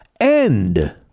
End